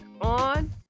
on